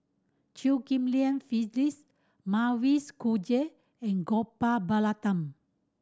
Chew Ghim Lian Phyllis Mavis Khoo and Gopal Baratham